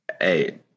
hey